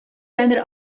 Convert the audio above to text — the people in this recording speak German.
einer